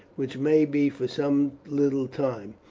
which may be for some little time,